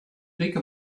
like